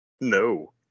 no